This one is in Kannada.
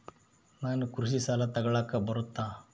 ನಾನು ಕೃಷಿ ಸಾಲ ತಗಳಕ ಬರುತ್ತಾ?